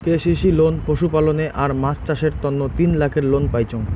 KCC loan পশুপালনে আর মাছ চাষের তন্ন তিন লাখের লোন পাইচুঙ